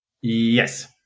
Yes